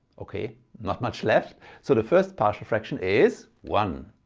okay not much left so the first partial fraction is one,